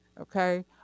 Okay